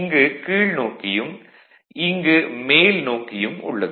இங்கு கீழ்நோக்கியும் இங்கு மேல்நோக்கியும் உள்ளது